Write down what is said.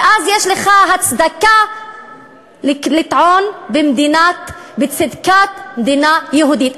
ואז יש לך הצדקה לטעון בצדקת מדינה יהודית.